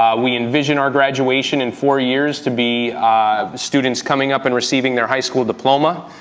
um we envision our graduation, in four years, to be students coming up and receiving their high school diploma,